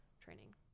training